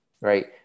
right